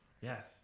yes